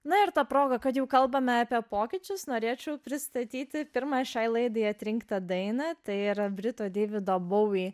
na ir ta proga kad jau kalbame apie pokyčius norėčiau pristatyti pirmąją šiai laidai atrinktą dainą tai yra brito deivido bovi